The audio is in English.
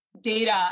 data